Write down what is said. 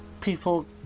people